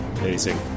Amazing